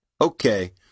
Okay